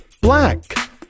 black